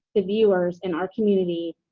the viewers in our community,